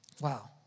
Wow